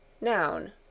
Noun